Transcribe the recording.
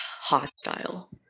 hostile